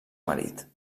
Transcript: marit